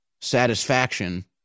satisfaction